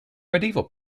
medieval